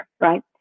right